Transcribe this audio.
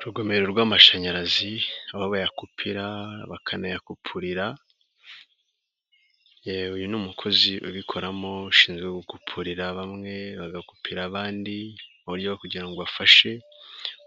Urugomero rw'amashanyarazi, aho bayakupira bakanayakurira; uyu ni umukozi ubikoramo ushinzwe gukupurira bamwe, bagakupira abandi mu buryo bwo kugira ngo bafashe